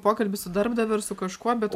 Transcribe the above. pokalbis su darbdaviu ir su kažkuo bet